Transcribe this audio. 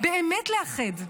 באמת לאחד,